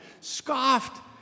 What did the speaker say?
scoffed